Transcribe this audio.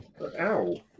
Ow